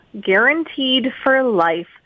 guaranteed-for-life